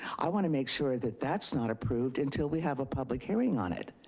i want to make sure that that's not approved until we have a public hearing on it.